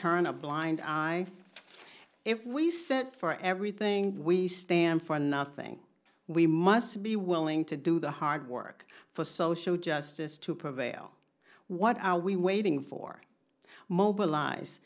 turn a blind eye if we set for everything we stand for nothing we must be willing to do the hard work for social justice to prevail what are we waiting for mobilize